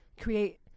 create